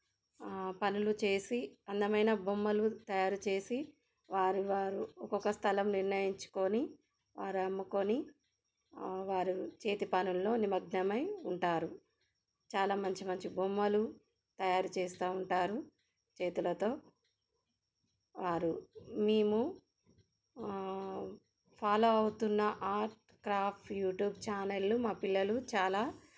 పనులు చేసి అందమైన బొమ్మలు తయారుచేసి వారివారు ఒక్కొక్క స్థలం నిర్ణయించుకొని వారు అమ్ముకొని వారు చేతిపనుల్లో నిమగ్నమై ఉంటారు చాలా మంచి మంచి బొమ్మలు తయారు చేస్తూ ఉంటారు చేతులతో వారు మేము ఫాలో అవుతున్న ఆర్ట్ క్రాఫ్ యూట్యూబ్ ఛానల్లు మా పిల్లలు చాలా